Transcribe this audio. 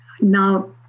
Now